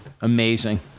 Amazing